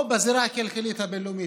או בזירה הכלכלית הבין-לאומית.